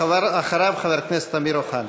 אחריו, חבר הכנסת אמיר אוחנה.